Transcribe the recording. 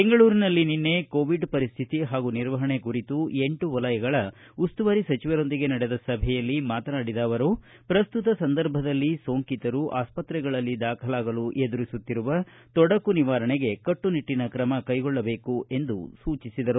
ಬೆಂಗಳೂರಿನಲ್ಲಿ ನಿನ್ನೆ ಕೋವಿಡ್ ಪರಿಸ್ಟಿತಿ ಹಾಗೂ ನಿರ್ವಹಣೆ ಕುರಿತು ಎಂಟು ವಲಯಗಳ ಉಸ್ತುವಾರಿ ಸಚಿವರೊಂದಿಗೆ ನಡೆದ ಸಭೆಯಲ್ಲಿ ಮಾತನಾಡಿದ ಅವರು ಪ್ರಸ್ತುತ ಸಂದರ್ಭದಲ್ಲಿ ಸೋಂಕಿತರು ಆಸ್ತ್ರೆಗಳಲ್ಲಿ ದಾಖಲಾಗಲು ಎದುರಿಸುತ್ತಿರುವ ತೊಡಕು ನಿವಾರಣೆಗೆ ಕಟ್ಟುನಿಟ್ಟಿನ ಕ್ರಮ ಕೈಗೊಳ್ಳಬೇಕು ಎಂದು ಸೂಚಿಸಿದರು